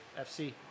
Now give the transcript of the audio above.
fc